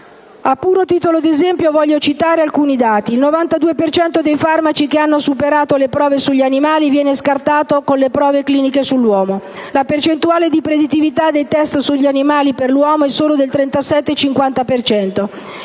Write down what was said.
A puro titolo d'esempio voglio citare alcuni dati: il 92 per cento dei farmaci che hanno superato le prove sugli animali viene scartato con le prove cliniche sull'uomo; la percentuale di predittività dei *test* su animali per l'uomo è solo del 37-50